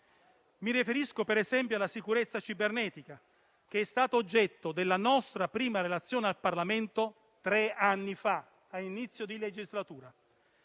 Mi riferisco - per esempio - alla sicurezza cibernetica, che è stata oggetto della nostra prima relazione al Parlamento a inizio legislatura.